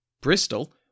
Bristol